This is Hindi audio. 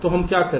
तो हम क्या करें